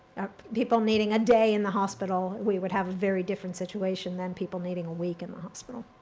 people needing a day in the hospital, we would have a very different situation than people needing a week in the hospital.